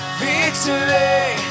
victory